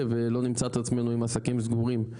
ולא נמצא את עצמנו עם עסקים סגורים,